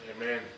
Amen